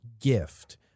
gift